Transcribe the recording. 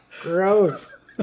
Gross